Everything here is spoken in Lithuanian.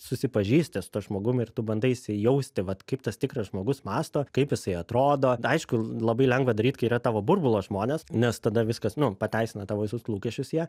susipažįsti su tuo žmogum ir tu bandai įsijausti vat kaip tas tikras žmogus mąsto kaip jisai atrodo aišku labai lengva daryt kai yra tavo burbulo žmonės nes tada viskas nu pateisina tavo visus lūkesčius jie